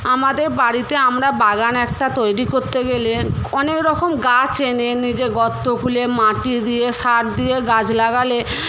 আমাদের বাড়িতে আমরা বাগান একটা তৈরি করতে গেলে অনেক রকম গাছ এনে নিজে গর্ত খুলে মাটি দিয়ে সার দিয়ে গাছ লাগালে